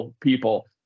people